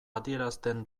adierazten